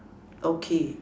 okay